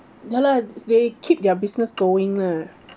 ya lah they keep their business going lah